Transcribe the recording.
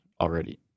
already